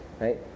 Right